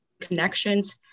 connections